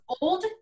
old